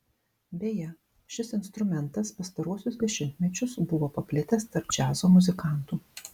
beje šis instrumentas pastaruosius dešimtmečius buvo paplitęs tarp džiazo muzikantų